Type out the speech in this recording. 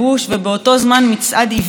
ובאותו זמן מצעד איוולת